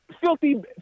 Filthy